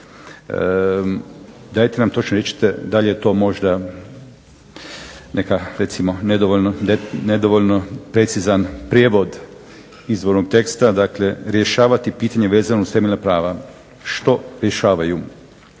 dajte nam točno recite da li je to možda nedovoljno precizan prijevod izvornog teksta. Dakle, rješavati pitanje vezano uz temeljna prava. Što rješavaju?